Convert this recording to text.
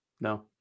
No